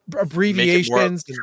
Abbreviations